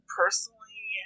personally